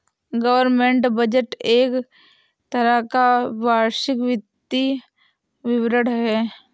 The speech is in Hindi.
गवर्नमेंट बजट एक तरह का वार्षिक वित्तीय विवरण है